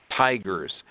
tigers